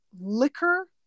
liquor